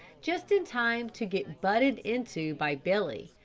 just in time to get butted into by billy,